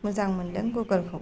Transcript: मोजां मोनदों गुगोलखौ ओमफ्राय